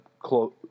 close